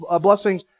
blessings